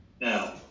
Now